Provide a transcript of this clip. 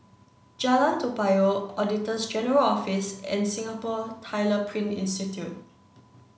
Jalan Toa Payoh Auditor General's Office and Singapore Tyler Print Institute